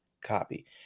copy